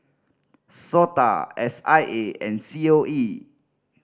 SOTA S I A and C O E